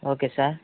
okay sir